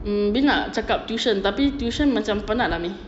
mm dia nak cakap tuition tapi tuition macam penat lah umi